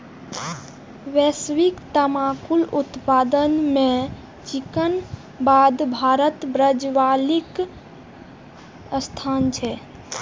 वैश्विक तंबाकू उत्पादन मे चीनक बाद भारत आ ब्राजीलक स्थान छै